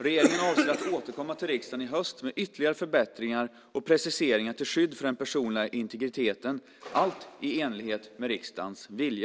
Regeringen avser att återkomma till riksdagen i höst med ytterligare förbättringar och preciseringar till skydd för den personliga integriteten, allt i enlighet med riksdagens vilja.